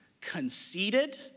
conceited